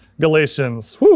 Galatians